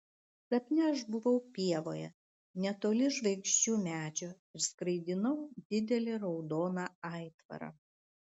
sapne aš buvau pievoje netoli žvaigždžių medžio ir skraidinau didelį raudoną aitvarą